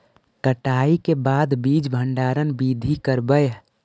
कटाई के बाद बीज भंडारन बीधी करबय?